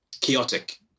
chaotic